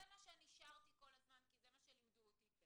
זה מה שאני שרתי כל הזמן כי זה מה שלימדו אותי.